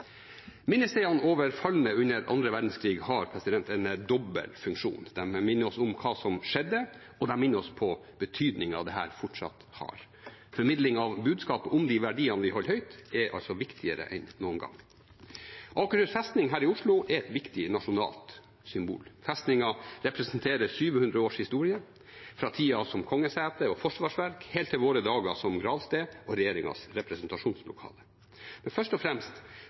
Minnestedene over falne under annen verdenskrig har en dobbel funksjon. De minner oss om hva som skjedde, og de minner oss på betydningen dette fortsatt har. Formidling av budskapet om de verdiene vi holder høyt, er altså viktigere enn noen gang. Akershus festning her i Oslo er et viktig nasjonalt symbol. Festningen representerer 700 års historie: fra tiden som kongesete og forsvarsverk – helt til våre dager, som gravsted og regjeringens representasjonslokale. Men først og fremst